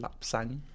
lapsang